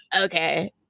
okay